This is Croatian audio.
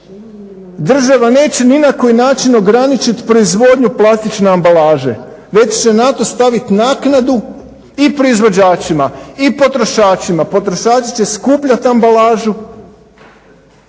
Država neće ni na koji način ograničiti proizvodnju plastične ambalaže već će na to staviti naknadu i proizvođačima i potrošačima. Potrošači će skupljati ambalažu,